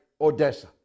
Odessa